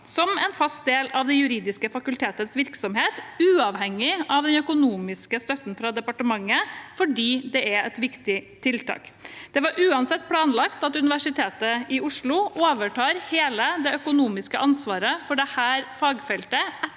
som en fast del av det juridiske fakultetets virksomhet, uavhengig av den økonomiske støtten fra departementet, fordi det er et viktig tiltak. Det var uansett planlagt at Universitetet i Oslo skulle overta hele det økonomiske ansvaret for dette fagfeltet